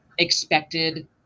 expected